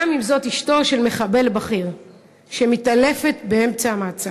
גם אם זאת אשתו של מחבל בכיר שמתעלפת באמצע המעצר.